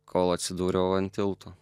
kol atsidūriau ant tilto